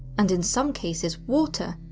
and in some cases water,